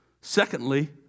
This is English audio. Secondly